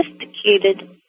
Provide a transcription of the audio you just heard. sophisticated